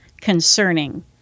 concerning